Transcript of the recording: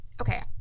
Okay